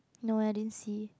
no I didn't see